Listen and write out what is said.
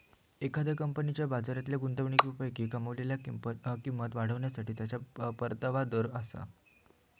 एखाद्या कंपनीच्या बाजारातल्या गुंतवणुकीतून कमावलेली किंमत वाढवण्यासाठी त्याचो परतावा दर आसा